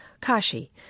Kashi